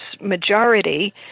majority